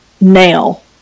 nail